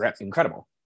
incredible